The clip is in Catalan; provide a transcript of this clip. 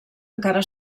encara